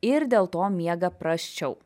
ir dėl to miega prasčiau